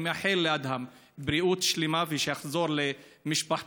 אני מאחל לאדהם בריאות שלמה ושיחזור למשפחתו,